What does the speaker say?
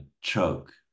Choke